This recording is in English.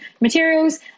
materials